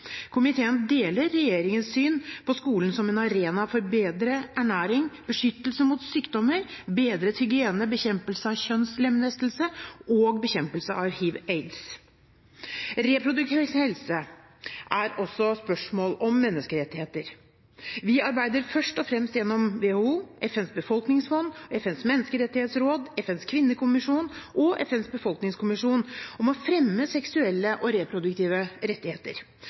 Komiteen deler regjeringens syn på skolen som en arena for bedret ernæring, beskyttelse mot sykdommer, bedret hygiene, bekjempelse av kjønnslemlestelse og bekjempelse av hiv/aids.» Reproduktiv helse er også et spørsmål om menneskerettigheter. Vi arbeider først og fremst gjennom WHO, FNs befolkningsfond, FNs menneskerettighetsråd, FNs kvinnekommisjon og FNs befolkningskommisjon om å fremme seksuelle og reproduktive rettigheter.